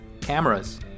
cameras